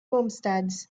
homesteads